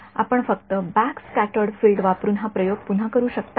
आपण फक्त back scattered field वापरून हा प्रयोग पुन्हा करू शकता का